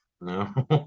No